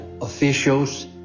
officials